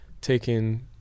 taking